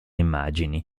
immagini